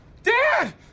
Dad